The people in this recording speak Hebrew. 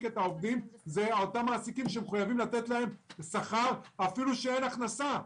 את העובדים מחויב לתת להם שכר אפילו שאין הכנסה.